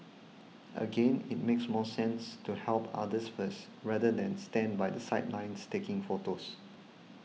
again it makes more sense to help others first rather than stand by the sidelines taking photos